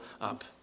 up